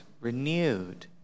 renewed